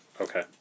Okay